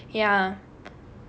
but also right ya